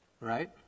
Right